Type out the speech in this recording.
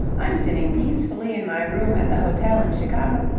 i'm sitting peacefully in my room at the hotel in chicago,